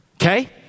Okay